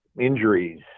Injuries